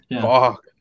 Fuck